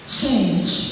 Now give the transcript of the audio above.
change